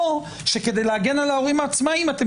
או שכדי להגן על ההורים העצמאיים אתם